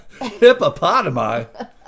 Hippopotami